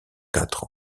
quatre